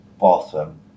bathroom